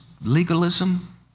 legalism